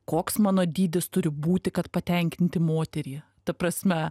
koks mano dydis turi būti kad patenkinti moterį ta prasme